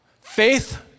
Faith